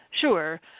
Sure